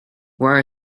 were